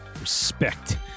respect